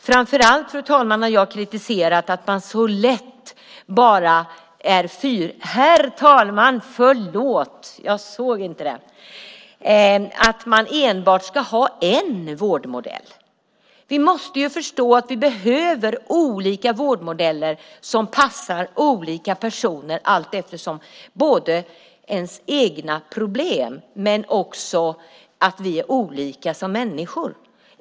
Framför allt, herr talman, har jag kritiserat att det enbart ska vara en vårdmodell. Vi måste förstå att vi behöver olika vårdmodeller som passar olika personer och deras egna problem - vi är olika som människor.